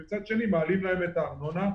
ומצד שני מעלים להם את הארנונה.